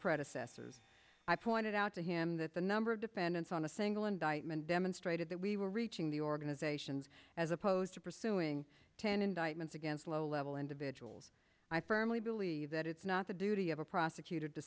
predecessors i pointed out to him that the number of defendants on a single indictment demonstrated that we were reaching the organizations as opposed to pursuing ten indictments against low level individuals i firmly believe that it's not the duty of a prosecut